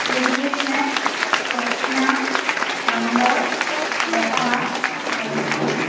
Yadukrishnan Swapna Santosh Latha Jayaprakash